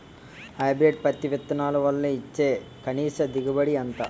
Hybrid పత్తి విత్తనాలు వల్ల వచ్చే కనీస దిగుబడి ఎంత?